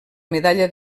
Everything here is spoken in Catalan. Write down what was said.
medalla